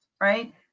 right